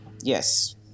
Yes